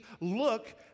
look